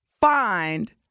find